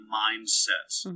mindsets